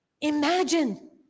Imagine